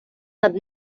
над